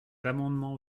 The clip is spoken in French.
amendement